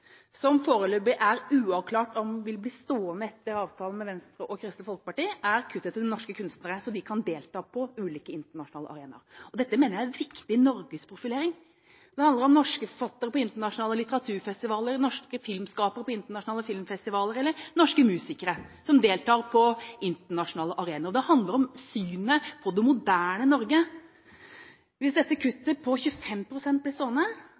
som foreløpig er uavklart om vil bli stående etter avtalen med Venstre og Kristelig Folkeparti, er kuttet i støtten til norske kunstnere så de kan delta på ulike internasjonale arenaer. Dette mener jeg er viktig norgesprofilering. Det handler om norske forfattere på internasjonale litteraturfestivaler, norske filmskapere på internasjonale filmfestivaler, eller norske musikere som deltar på internasjonale arenaer. Det handler om synet på det moderne Norge. Hvis dette kuttet på 25 pst. blir stående,